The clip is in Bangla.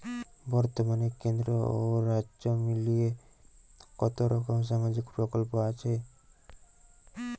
বতর্মানে কেন্দ্র ও রাজ্য মিলিয়ে কতরকম সামাজিক প্রকল্প আছে?